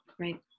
Right